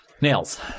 Nails